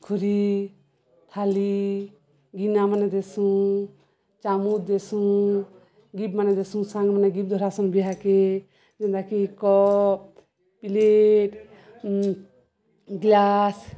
ଖୁରୀ ଥାଲି ଗିନାମାନେ ଦେସୁଁ ଚାମୁଚ ଦେସୁଁ ଗିଫ୍ଟମାନେ ଦେସୁଁ ସାଙ୍ଗମାନେ ଗିଫ୍ଟ ଧରସୁନ୍ ବିହାକେ ଯେନ୍ତାକି କପ୍ ପିଲେଟ ଗ୍ଲାସ